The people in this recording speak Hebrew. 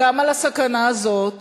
גם על הסכנה הזאת